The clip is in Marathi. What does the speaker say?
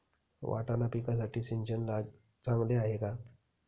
वाटाणा पिकासाठी सिंचन चांगले आहे का?